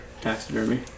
taxidermy